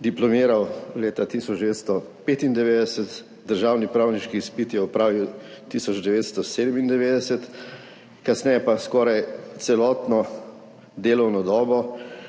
diplomiral leta 1995. Državni pravniški izpit je opravil 1997, kasneje pa skoraj celotno delovno dobo